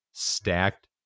stacked